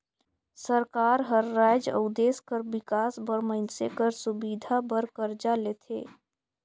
सरकार हर राएज अउ देस कर बिकास बर मइनसे कर सुबिधा बर करजा लेथे